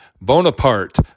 Bonaparte